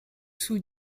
sous